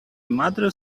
mother